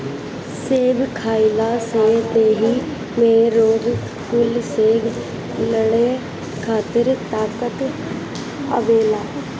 सेब खइला से देहि में रोग कुल से लड़े खातिर ताकत आवेला